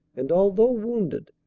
and although wounded,